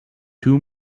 two